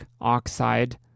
oxide